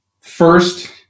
first